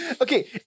Okay